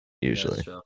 Usually